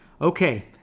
Okay